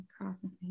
crossing